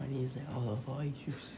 money is like all of our issues